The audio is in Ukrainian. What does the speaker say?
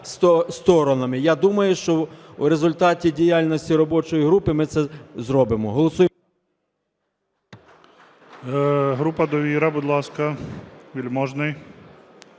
Я думаю, що в результаті діяльності робочої групи ми це зробимо. ГОЛОВУЮЧИЙ.